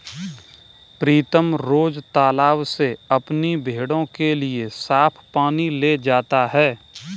प्रीतम रोज तालाब से अपनी भेड़ों के लिए साफ पानी ले जाता है